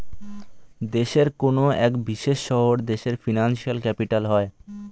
দেশের কোনো এক বিশেষ শহর দেশের ফিনান্সিয়াল ক্যাপিটাল হয়